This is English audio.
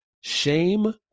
shame